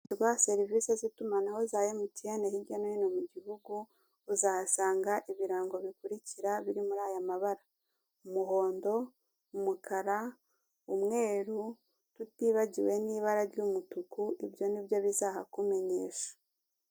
Ahatangirwa serivise z'itumanaho za emutiyene hirya no hino mu gihugu, muzahasanga ibirango bikurikira biri muri aya mabara, umuhondo, umukara, umweru tutibagiwe n'ibara ry'umutuku, ibyo ni byo bizabikumenyesha